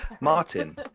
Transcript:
martin